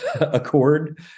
accord